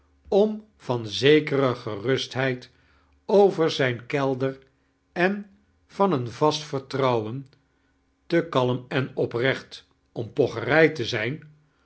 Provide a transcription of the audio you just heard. om van zekere gerustheid over zijn keldar en van een vast vertrouwen te kalm en oprecht om pocherij te zijn